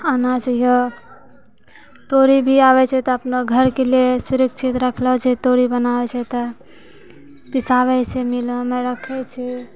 आना चाहिए तोरि भी आबै छै तऽ अपना घरके लेल सुरक्षित रखलो जाइ छै तोरि बनाबै छै तऽ पिसाबै छै मिलमे रक्खे छै